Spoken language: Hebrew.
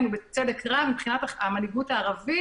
מבחינת המנהיגות הערבית